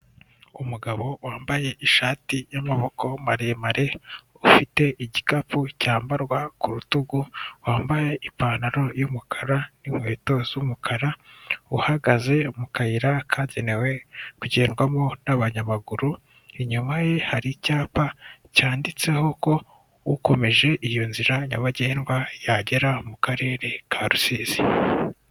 Umugabo wambaye ishati y'amaboko maremare ufite igikapu cyambarwa ku rutugu, wambaye ipantaro y'umukara n'inkweto z'umukara uhagaze mu kayira kagenewe kugendwamo n'abanyamaguru, inyuma ye hari icyapa cyanditseho ko ukomeje iyo nzira nyabagendwa yagera mu karere ka Rusizi.